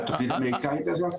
התוכנית האמריקאית הזאת?